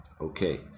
Okay